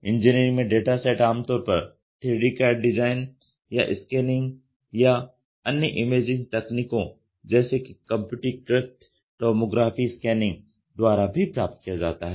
engineering में data set आमतौर पर 3D CAD डिज़ाइन या स्कैनिंग या अन्य इमेजिंग तकनीकों जैसे कि कम्प्यूटरीकृत टोमोग्राफी स्कैनिंग द्वारा भी प्राप्त किया जाता है